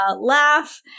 laugh